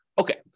Okay